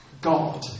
God